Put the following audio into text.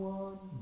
one